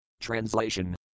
Translation